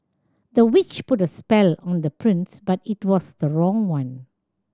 the witch put a spell on the prince but it was the wrong one